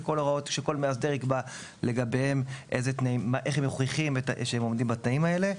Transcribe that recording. שכל מאסדר יקבע לגביהם איך הם מוכיחים שהם עומדים בתנאים האלה.